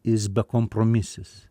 jis bekompromisis